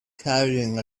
carrying